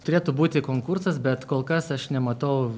turėtų būti konkursas bet kol kas aš nematau